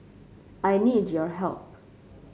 I need your help